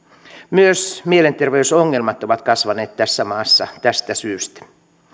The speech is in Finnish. myös mielenterveysongelmat ovat kasvaneet tässä maassa tästä syystä